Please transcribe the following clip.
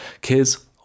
kids